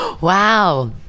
wow